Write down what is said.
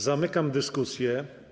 Zamykam dyskusję.